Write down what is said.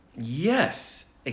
Yes